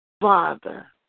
Father